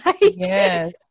Yes